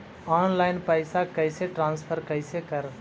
Online पैसा कैसे transfer कैसे कर?